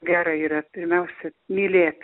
gera yra pirmiausia mylėt